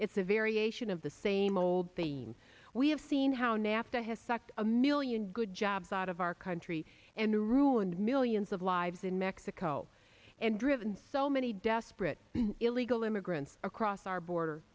it's a variation of the same old theme we have seen how nafta has sucked a million good jobs out of our country and ruined millions of lives in mexico and driven so many desperate illegal immigrants across our border